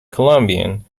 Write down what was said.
colombian